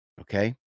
Okay